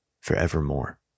forevermore